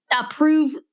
approve